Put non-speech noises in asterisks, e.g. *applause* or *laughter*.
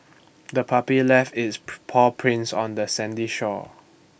the puppy left its *unintelligible* paw prints on the sandy shore